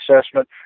assessment